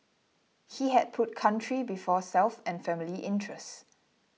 he had put country before self and family interest